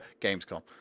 Gamescom